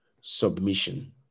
submission